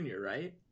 right